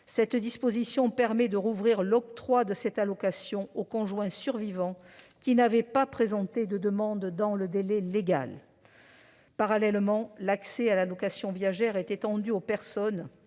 telle disposition permet de rouvrir l'octroi de cette allocation aux conjoints survivants qui n'avaient pas présenté de demande dans le délai légal. Parallèlement, l'accès à l'allocation viagère est étendu aux personnes